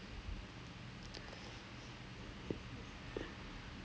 okay so there's like a reason ஏன் இது எல்லாம் பண்றாங்கே:aen ithu ellaam pandraangae and then like